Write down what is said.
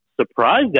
surprised